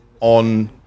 on